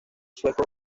sueco